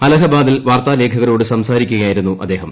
അലഹബാദിൽ വാർത്താലേഖകരോട് സംസാരിക്കുകയായിരുന്നു അദ്ദേഹം